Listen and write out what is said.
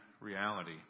reality